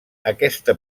aquesta